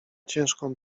ciężką